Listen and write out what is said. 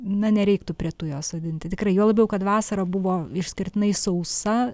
na nereiktų prie tujos sodinti tikrai juo labiau kad vasara buvo išskirtinai sausa